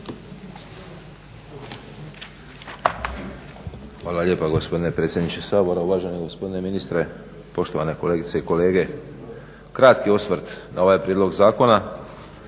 Hvala lijepa gospodine predsjedniče Sabora, uvaženi gospodine ministre, poštovane kolegice i kolege. Kratki osvrt na ovaj prijedlog zakona